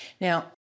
Now